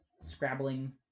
scrabbling